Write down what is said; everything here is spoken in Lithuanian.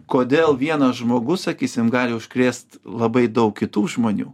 kodėl vienas žmogus sakysim gali užkrėst labai daug kitų žmonių